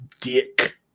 dick